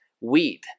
weed